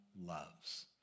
loves